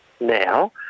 now